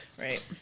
Right